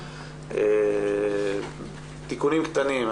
תיקונים קטנים,